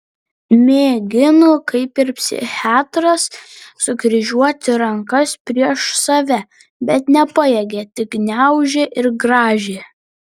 mėgino kaip ir psichiatras sukryžiuoti rankas prieš save bet nepajėgė tik gniaužė ir grąžė